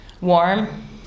Warm